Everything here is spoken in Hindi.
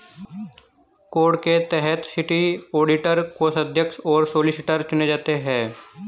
कोड के तहत सिटी ऑडिटर, कोषाध्यक्ष और सॉलिसिटर चुने जाते हैं